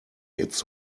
its